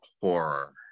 horror